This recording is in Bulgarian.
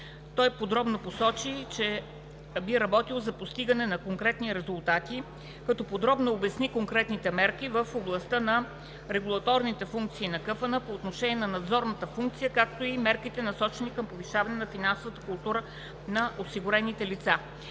Той подробно посочи, че би работил за постигане на конкретни резултати, като подробно обясни конкретните мерки в областта на регулаторните функции на КФН по отношение на надзорната функция, както и мерките, насочени към повишаване на финансовата култура на осигурените лица.